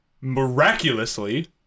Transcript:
miraculously